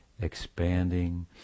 expanding